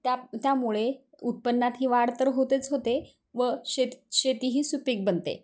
त्या त्यामुळे उत्पन्नात ही वाढ तर होतेच होते व शेेत शेती ही सुपीक बनते